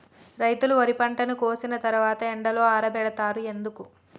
రైతులు వరి పంటను కోసిన తర్వాత ఎండలో ఆరబెడుతరు ఎందుకు?